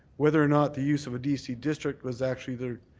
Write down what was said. whether or not the use of a dc district was actually the